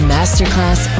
Masterclass